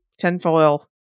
tinfoil